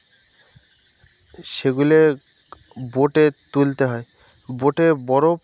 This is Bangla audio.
সেগুলির বোটে তুলতে হয় বোটে বরফ